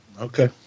okay